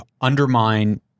undermine